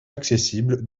accessibles